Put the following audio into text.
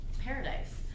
paradise